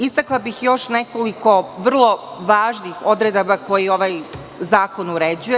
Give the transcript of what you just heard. Istakla bih još nekoliko vrlo važnih odredaba koje ovaj zakon uređuje.